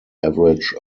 average